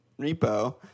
Repo